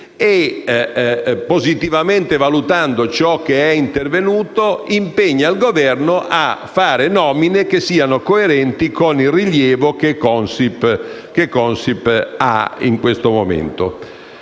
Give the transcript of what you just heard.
e, positivamente valutando ciò che è intervenuto, impegna il Governo a fare nomine che siano coerenti con il rilievo che Consip ha in questo momento.